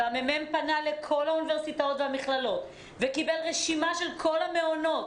והממ"מ פנה לכל האוניברסיטאות והמכללות וקיבל רשימה של כל המעונות.